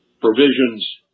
provisions